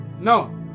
no